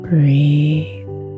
Breathe